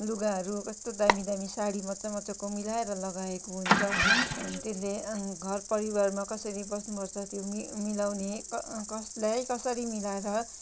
लुगाहरू कस्तो दामी दामी साडी मजामजाको मिलाएर लगाएको हुन्छ त्यसले घर परिवारमा कसरी बस्नुपर्छ त्यो मिलाउँने कसलाई कसरी मिलाएर